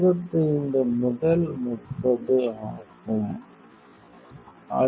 25 முதல் 30 ஆகும் 2557